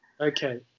Okay